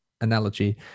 analogy